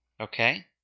Okay